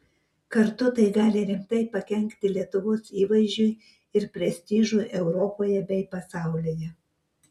kartu tai gali rimtai pakenkti lietuvos įvaizdžiui ir prestižui europoje bei pasaulyje